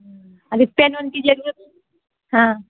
अभी पेन ओन कि ज़रूरत हाँ